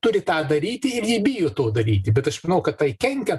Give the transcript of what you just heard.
turi tą daryti ir ji bijo to daryti bet aš manau kad tai kenkia